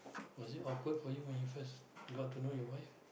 was it awkward for you when you first got to know your wife